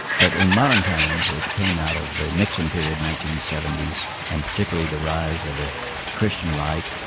but in modern times it came out of the nixon period, nineteen seventy s, and particularly the rise of the christian right,